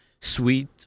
sweet